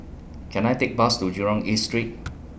Can I Take Bus to Jurong East Street